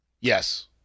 Yes